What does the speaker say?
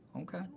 okay